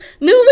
newly